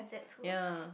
ya